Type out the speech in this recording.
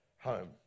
home